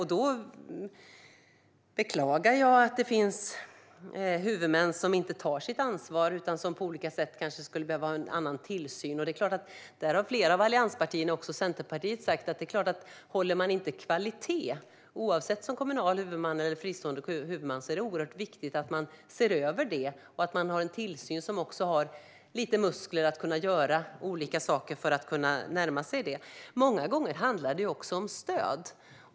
Jag beklagar att det finns huvudmän som inte tar sitt ansvar utan kanske skulle behöva ha annan tillsyn. Detta har flera av allianspartierna sagt, också Centerpartiet. Oavsett huvudman är det viktigt att man ser över att skolan håller kvalitet, och det är viktigt att man har en tillsyn som har lite muskler. Många gånger behövs det också stöd.